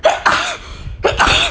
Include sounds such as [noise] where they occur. [coughs]